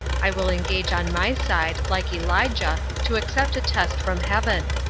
i will engage on my side, like elijah, to accept a test from heaven.